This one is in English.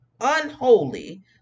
unholy